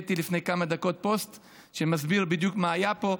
העליתי לפני כמה דקות פוסט שמסביר בדיוק מה היה פה.